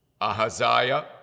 Ahaziah